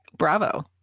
Bravo